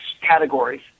categories